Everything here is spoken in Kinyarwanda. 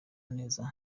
neza